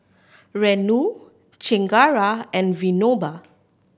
Renu Chengara and Vinoba